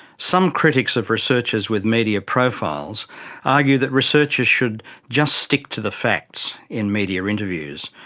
some critics of researchers with media profiles argue that researchers should just stick to the facts in media interviews.